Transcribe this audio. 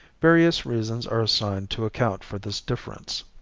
various reasons are assigned to account for this difference.